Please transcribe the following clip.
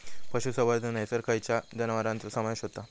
पशुसंवर्धन हैसर खैयच्या जनावरांचो समावेश व्हता?